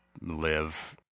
live